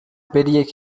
பெரிய